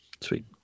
sweet